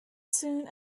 soon